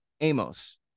Amos